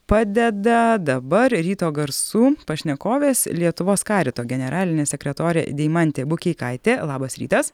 padeda dabar ryto garsų pašnekovės lietuvos karito generalinė sekretorė deimantė bukeikaitė labas rytas